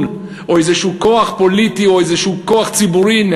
או איזשהו כוח פוליטי או איזשהו כוח ציבורי,